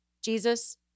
Jesus